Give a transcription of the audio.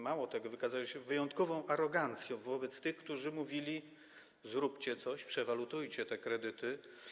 Mało tego, wykazywał się wyjątkową arogancją wobec tych, którzy mówili: zróbcie coś, przewalutujcie te kredyty.